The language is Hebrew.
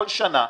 בכל שנה,